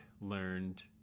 learned